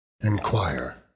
Inquire